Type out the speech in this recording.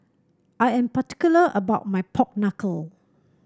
I am particular about my Pork Knuckle